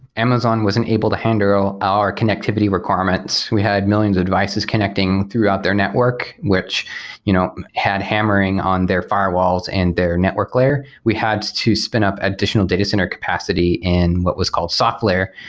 amazon wasn't able to handle our connectivity requirements. we had millions of devices connecting throughout their network, which you know had hammering on their firewalls and their network layer. we had to spin up additional data center capacity and what was called softlayer.